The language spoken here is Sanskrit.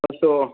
अस्तु